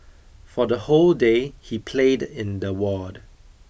for the whole day he played in the ward